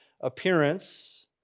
appearance